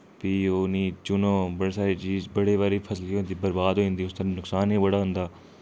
फ्ही ओह् उ'नें चुनो बड़े सारी चीज बड़ी बारी फसल केह् होंदी बर्बाद होई जंदी उसदा नुक्सान ई बड़ा होंदा